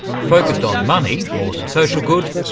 focussed on money more than social good,